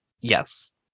Yes